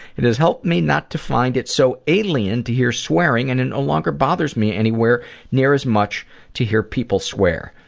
it has helped me not to find it so alien to hear swearing and it no longer bothers me anywhere near as much to hear people swear.